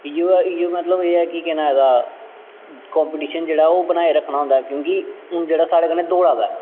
इ'यो ऐ इ'यो मतलब एह् ऐ कि केह् नांऽ ओह्दा कंपीटीशन जेह्ड़ा ओह् बनाए रक्खना होंदा ऐ क्योंकि हून जेह्ड़ा साढ़े कन्नै दौड़ा दा ऐ